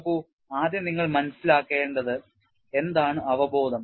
നോക്കൂ ആദ്യം നിങ്ങൾ മനസ്സിലാക്കേണ്ടത് എന്താണ് അവബോധം